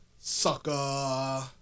sucker